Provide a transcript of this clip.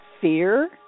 fear